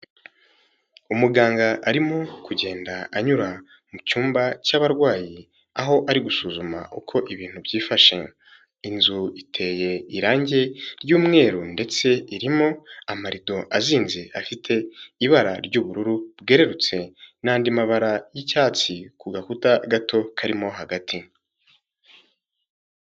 Umuganga arimo kugenda anyura mu cyumba cy'abarwayi aho ari gusuzuma uko ibintu byifashe, inzu iteye irange ry'umweru ndetse irimo amarido azinze afite ibara ry'ubururu bwererutse n'andi mabara y'icyatsi ku gakuta gato karimo hagati.